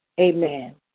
amen